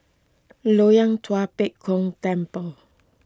Loyang Tua Pek Kong Temple